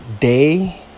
day